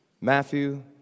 Matthew